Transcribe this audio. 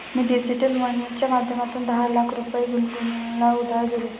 मी digital मनीच्या माध्यमातून दहा लाख रुपये गुनगुनला उधार दिले